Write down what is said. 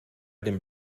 dem